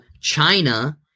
China